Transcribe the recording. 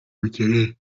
ukeneye